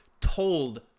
told